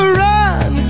run